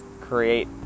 create